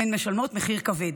והן משלמות מחיר כבד.